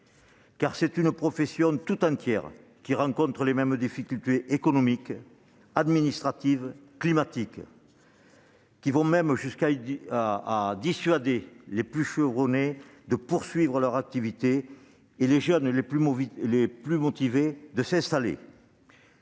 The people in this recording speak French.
C'est une profession tout entière qui rencontre les mêmes difficultés économiques, administratives, climatiques ; celles-ci ont même pour effet de dissuader les plus chevronnés de poursuivre leur activité et les jeunes les plus motivés de s'installer.